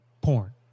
porn